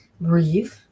breathe